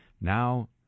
Now